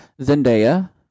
zendaya